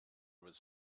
was